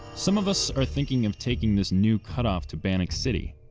some of us are thinking of taking this new cut-off to bannack city.